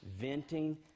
venting